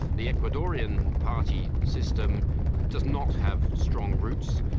the ecuadorian party system does not have strong roots,